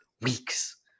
weeks